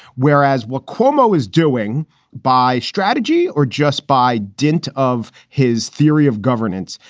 whereas what cuomo is doing by strategy or just by dint of his theory of governance,